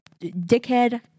Dickhead